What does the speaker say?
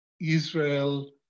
Israel